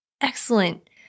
excellent